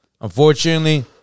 Unfortunately